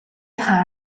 хаа